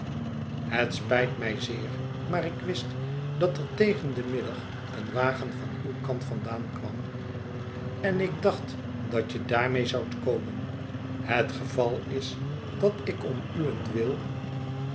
het spijt mij zeer maar ik wist dat er tegen den middag een wagen van uw kant vandaan kwam en ik dacht dat je daarmee zoudt komen het geval is dat ik om uwentwil